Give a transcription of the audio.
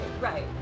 right